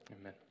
amen